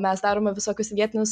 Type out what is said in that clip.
mes darome visokius vietinius